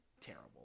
terrible